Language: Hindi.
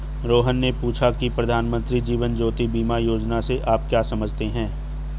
रोहन ने पूछा की प्रधानमंत्री जीवन ज्योति बीमा योजना से आप क्या समझते हैं?